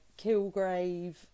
Kilgrave